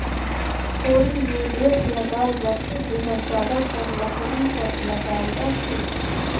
कोड़ी मे बेठ लगाल जाथे जेहर जादातर लकरी कर लगाल जाथे